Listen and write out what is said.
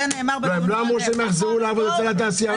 זה נאמר --- הם לא אמרו שהם יחזרו לעבוד אצל התעשייה.